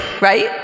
right